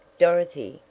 dorothy,